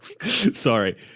Sorry